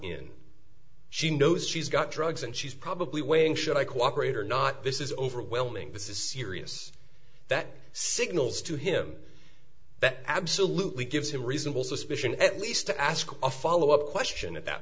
in she knows she's got drugs and she's probably waiting should i cooperate or not this is overwhelming this is serious that signals to him that absolutely gives him reasonable suspicion at least to ask a follow up question at that